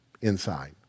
inside